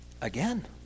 Again